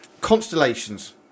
Constellations